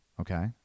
Okay